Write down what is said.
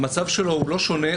המצב שלו לא שונה.